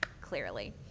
clearly